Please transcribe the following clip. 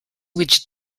which